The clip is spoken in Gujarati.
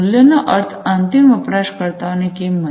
મૂલ્ય નો અર્થ અંતિમ વપરાશકર્તાઓ ની કિંમત